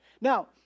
Now